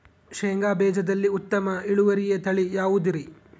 ಶೇಂಗಾ ಬೇಜದಲ್ಲಿ ಉತ್ತಮ ಇಳುವರಿಯ ತಳಿ ಯಾವುದುರಿ?